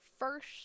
First